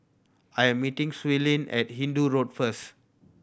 I am meeting Suellen at Hindoo Road first